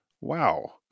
wow